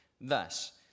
Thus